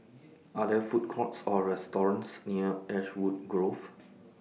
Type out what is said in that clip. Are There Food Courts Or restaurants near Ashwood Grove